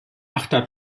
achter